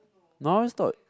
no I always thought